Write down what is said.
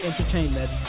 Entertainment